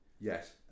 yes